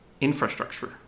infrastructure